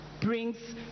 brings